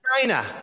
China